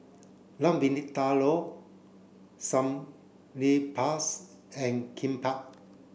Lamb Vindaloo and Kimbap